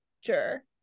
Sure